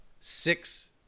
six